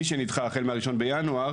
מי שנדחה החל מה-1 בינואר,